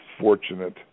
fortunate